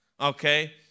Okay